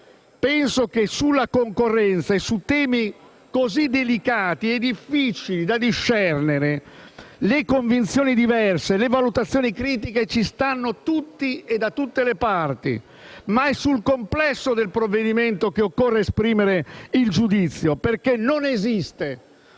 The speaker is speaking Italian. Penso che, sulla concorrenza e su temi così delicati e difficili da discernere, le convinzioni diverse e le valutazioni critiche ci stanno tutte e da tutte le parti, ma è sul complesso del provvedimento che occorre esprimere il giudizio, perché non esiste